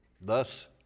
thus